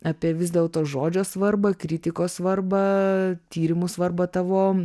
apie vis dėlto žodžio svarbą kritikos svarbą tyrimų svarbą tavo